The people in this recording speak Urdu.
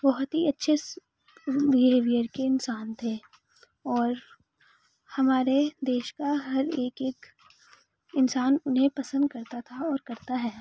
بہت ہی اچھے بہیویر کے انسان تھے اور ہمارے دیش کا ہر ایک ایک انسان انہیں پسند کرتا تھا اور کرتا ہے